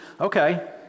okay